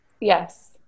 Yes